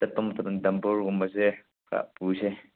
ꯆꯠꯄ ꯃꯇꯝꯗ ꯗꯝꯕꯨꯔꯒꯨꯝꯕꯁꯦ ꯈꯔ ꯄꯨꯁꯦ